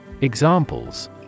Examples